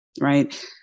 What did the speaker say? right